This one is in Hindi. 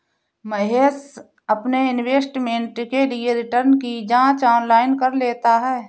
महेश अपने इन्वेस्टमेंट के लिए रिटर्न की जांच ऑनलाइन कर लेता है